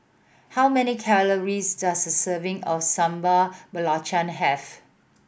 how many calories does a serving of Sambal Belacan have